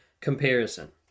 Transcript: comparison